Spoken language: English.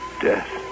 death